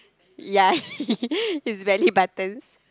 ya his belly buttons